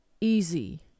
easy